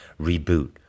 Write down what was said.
reboot